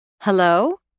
Hello